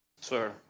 Sir